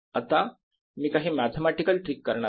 आता मी काही मॅथेमॅटिकल ट्रिक करणार आहे